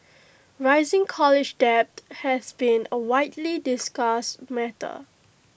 rising college debt has been A widely discussed matter